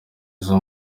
izo